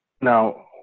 now